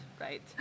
right